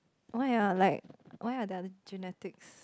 why ah like why are the other genetics